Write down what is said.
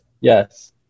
Yes